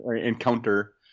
encounter